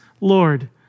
Lord